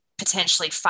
potentially